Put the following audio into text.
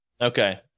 Okay